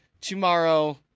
tomorrow